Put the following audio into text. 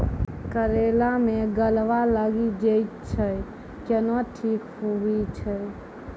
करेला मे गलवा लागी जे छ कैनो ठीक हुई छै?